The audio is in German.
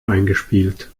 eingespielt